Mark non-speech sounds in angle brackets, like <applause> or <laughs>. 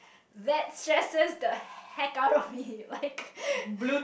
that's stresses the heck out of me like <laughs>